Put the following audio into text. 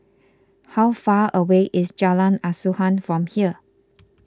how far away is Jalan Asuhan from here